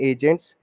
Agents